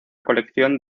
colección